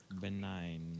Benign